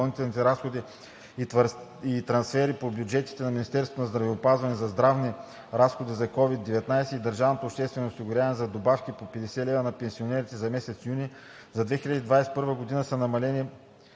допълнителни разходи и трансфери по бюджетите на Министерството на здравеопазването за здравни разходи за COVID-19 и държавното обществено осигуряване за добавки по 50 лв. на пенсионерите за месец юни за 2021 г. са намалени